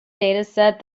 dataset